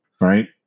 right